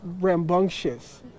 rambunctious